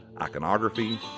iconography